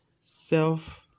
self